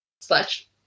slash